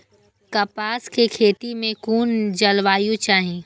कपास के खेती में कुन जलवायु चाही?